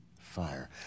fire